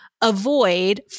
avoid